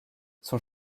son